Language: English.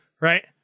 right